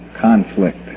Conflict